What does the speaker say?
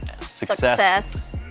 success